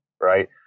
right